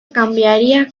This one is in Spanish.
cambiaría